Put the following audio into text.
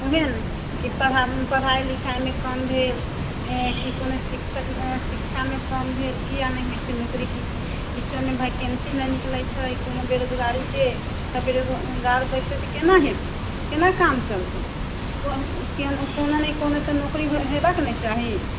बुझाएल कतना आदमी पढ़ाइ लिखाइमे कम भेल कि कोनो शिक्षकमे शिक्षामे कम भेल किएक नहि होइ छै नौकरी किछुमे वैकेन्सी नहि निकलै छै कोनो बेरोजगारीके सब बेरोजगार बैसतै तऽ कोना हेतै कोना काम चलतै कोनो नहि कोनो तऽ नौकरी हेबाके ने चाही